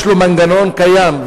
יש לו מנגנון קיים,